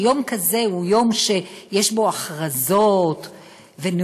שיום כזה הוא יום שיש בו הכרזות ונאומים,